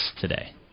today